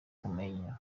kumenya